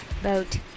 vote